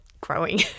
growing